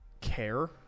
care